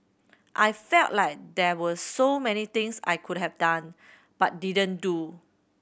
I felt like there were so many things I could have done but didn't do